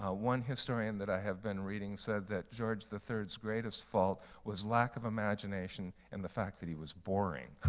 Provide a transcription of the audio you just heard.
ah one historian that i have been reading said that george the iii's greatest fault was lack of imagination and the fact that he was boring.